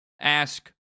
ask